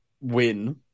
win